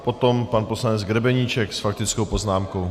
Potom pan poslanec Grebeníček s faktickou poznámkou.